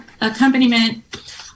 accompaniment